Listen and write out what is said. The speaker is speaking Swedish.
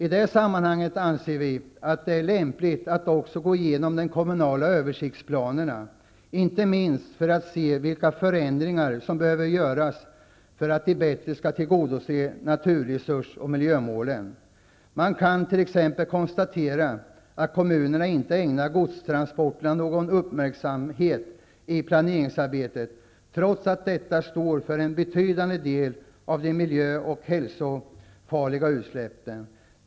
I det sammanhanget anser vi att det är lämpligt att man också går igenom de kommunala översiktsplanerna, inte minst för att se vilka förändringar som behöver göras för att bättre tillgodose naturresurs och miljömålen. Man kan t.ex. konstatera att kommunerna inte ägnar godstransporterna någon uppmärksamhet i planeringsarbetet, trots att dessa står för en betydande del av de miljö och hälsofarliga utsläppen.